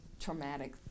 traumatic